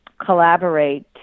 collaborate